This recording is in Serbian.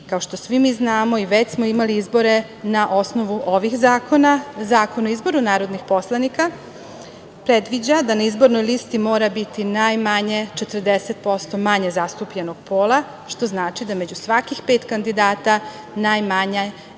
kao što svi mi znamo, već smo imali izbore, na osnovu ovih zakona, Zakona o izboru narodnih poslanika, predviđeno je da na izbornoj listi mora biti najmanje 40% manje zastupljenog pola, što znači da među svakih pet kandidata najmanje